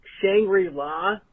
Shangri-La